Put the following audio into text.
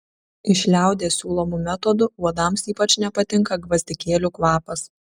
iš liaudies siūlomų metodų uodams ypač nepatinka gvazdikėlių kvapas